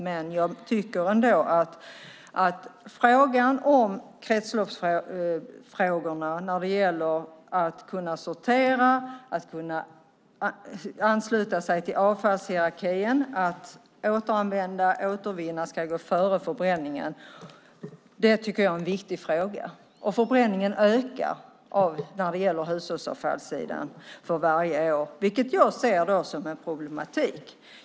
Men jag tycker ändå att kretsloppsfrågorna när det gäller att kunna sortera, ansluta sig till avfallshierarkin, återanvända och återvinna ska gå före förbränningen. Det tycker jag är viktigt. Förbränningen ökar för varje år av hushållsavfall, vilket jag ser som ett problem.